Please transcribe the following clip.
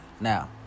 Now